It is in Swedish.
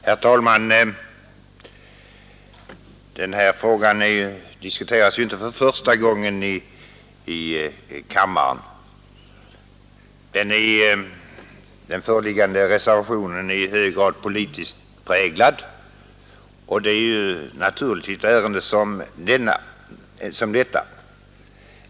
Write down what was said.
Herr talman! Det är inte första gången denna fråga diskuteras i kammaren. Den föreliggande reservationen är i hög grad politiskt präglad, och det är naturligt i ett ärende som detta.